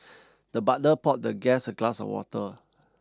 the butler poured the guest a glass of water